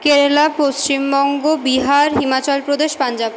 Kerala Paschimbanga Bihar Himachal Pradesh Punjab